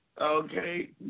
Okay